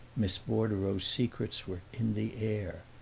miss bordereau's secrets were in the air,